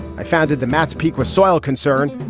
i founded the massapequa soil concern.